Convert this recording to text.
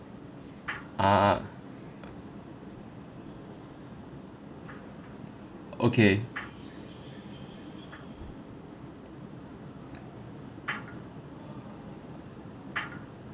ah okay